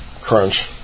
Crunch